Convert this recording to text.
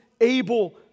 able